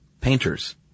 painters